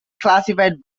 classified